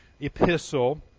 epistle